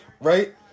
right